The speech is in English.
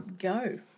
go